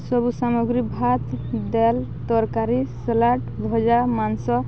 ସବୁ ସାମଗ୍ରୀ ଭାତ୍ ଡାଲ୍ ତରକାରୀ ସାଲାଡ଼୍ ଭଜା ମାଂସ